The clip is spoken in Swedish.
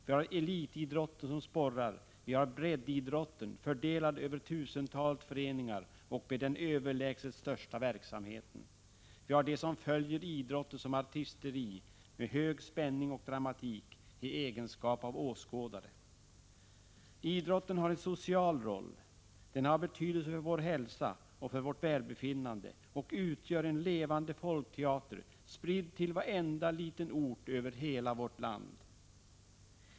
Vi har elitidrotten som sporrar, vi har breddidrotten fördelad på tusentalet föreningar och med den överlägset största verksamheten. Vi har dem som i egenskap av åskådare följer idrotten som artisteri med hög spänning och dramatik. Idrotten har en social roll. Den har betydelse för vår hälsa och vårt välbefinnande och utgör en levande folkteater, spridd till varenda liten ort över hela vårt land.